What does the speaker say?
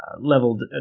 leveled